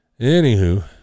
anywho